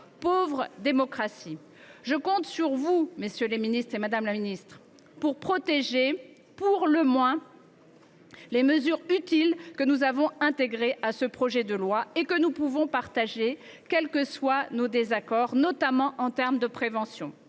Pauvre démocratie ! Je compte sur vous, monsieur le ministre, madame la ministre, pour protéger, pour le moins, les mesures utiles que nous avons intégrées à ce projet de loi et que nous pouvons partager, quels que soient nos désaccords, notamment en termes de prévention.